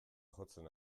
jotzen